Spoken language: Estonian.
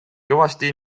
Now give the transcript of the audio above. kõvasti